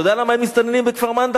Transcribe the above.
אתה יודע למה אין מסתננים בכפר-מנדא?